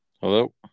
Hello